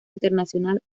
internacional